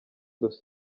dos